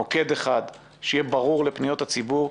מוקד אחד שיהיה ברור לפניות הציבור,